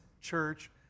church